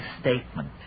statement